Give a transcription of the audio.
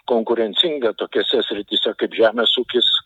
konkurencinga tokiose srityse kaip žemės ūkis